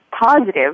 positive